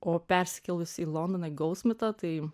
o persikėlus į londoną į goldšmitą